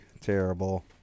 Terrible